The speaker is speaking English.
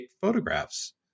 photographs